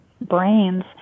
brains